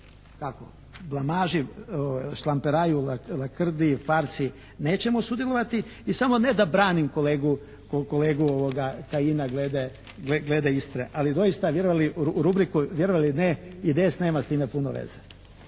tako blamaži, šlamperaju, lakrdiji, farsi nećemo sudjelovati i samo ne da branim kolegu Kajina glede Istre, ali doista vjerovali u rubriku, vjerovali ili ne, IDS nema s time puno veze.